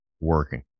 working